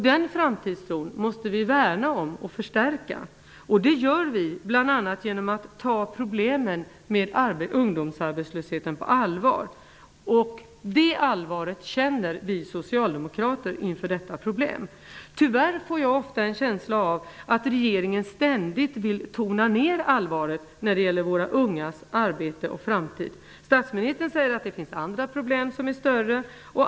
Den framtidstron måste vi värna om och förstärka. Det gör vi bl.a. genom att ta problemen med ungdomsarbetslösheten på allvar. Det allvaret känner vi socialdemokrater inför detta problem. Tyvärr får jag ofta en känsla av att regeringen ständigt vill tona ned allvaret när det gäller våra ungas arbete och framtid. Statsministern säger att det finns andra problem som är större.